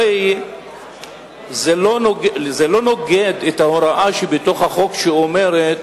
הרי זה לא נוגד את ההוראה בחוק שאומרת